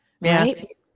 right